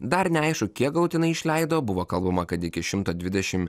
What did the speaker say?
dar neaišku kiek galutinai išleido buvo kalbama kad iki šimto dvidešimt